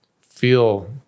feel